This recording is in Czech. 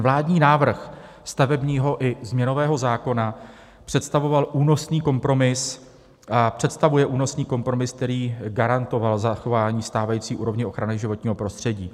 Vládní návrh stavebního i změnového zákona představoval únosný kompromis a představuje únosný kompromis, který garantoval zachování stávající úrovně ochrany životního prostředí.